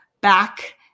back